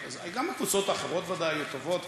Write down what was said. גם הקבוצות האחרות ודאי היו טובות.